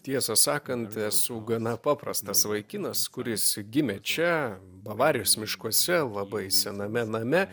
tiesą sakant esu gana paprastas vaikinas kuris gimė čia bavarijos miškuose labai sename name